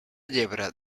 llebre